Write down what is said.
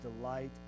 delight